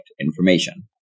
information